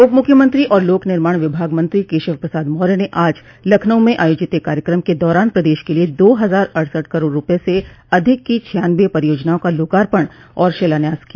उप मुख्यमंत्री और लोक निर्माण विभाग मंत्री केशव प्रसाद मौर्य ने आज लखनऊ में आयोजित एक कार्यक्रम के दौरान प्रदेश के लिये दो हजार अड़सठ करोड़ रूपये से अधिक की छियानवे परियोजनाओं का लोकार्पण और शिलान्यास किया